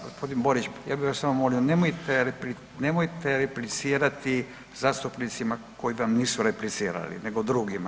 G. Borić ja bih vas samo molio nemojte replicirati zastupnicima koji vam nisu replicirali nego drugima.